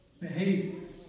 behaviors